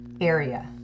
area